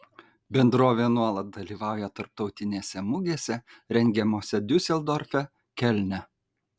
bendrovė nuolat dalyvauja tarptautinėse mugėse rengiamose diuseldorfe kelne